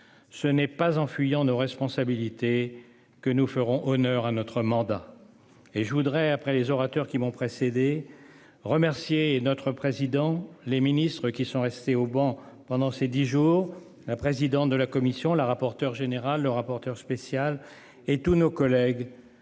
Ce n'est pas en fuyant nos responsabilités. Que nous ferons honneur à notre mandat et je voudrais après les orateurs qui m'ont précédé. Remercier notre président. Les ministres qui sont restés au banc pendant ces 10 jours. La présidente de la commission la rapporteure générale le rapporteur spécial et tous nos collègues